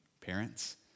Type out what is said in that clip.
parents